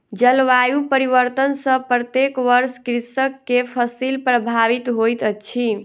जलवायु परिवर्तन सॅ प्रत्येक वर्ष कृषक के फसिल प्रभावित होइत अछि